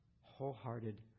wholehearted